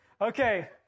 Okay